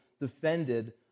defended